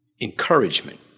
Encouragement